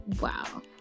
Wow